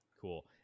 cool